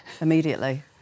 immediately